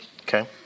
okay